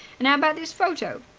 and how about this photo?